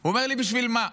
הוא שואל אותי: בשביל מה?